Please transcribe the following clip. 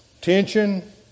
tension